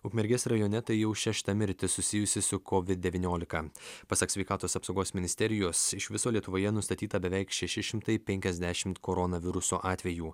ukmergės rajone tai jau šešta mirtis susijusi su covid devyniolika pasak sveikatos apsaugos ministerijos iš viso lietuvoje nustatyta beveik šeši šimtai penkiasdešimt koronaviruso atvejų